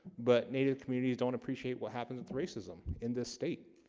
but native communities don't appreciate what happens with racism in this state.